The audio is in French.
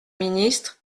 ministre